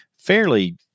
fairly